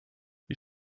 wie